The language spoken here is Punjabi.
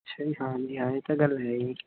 ਅੱਛਾ ਜੀ ਹਾਂਜੀ ਹਾਂਜੀ ਇਹ ਤਾਂ ਗੱਲ ਹੈ ਜੀ